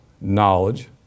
knowledge